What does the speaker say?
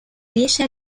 riesce